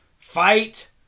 fight